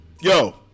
Yo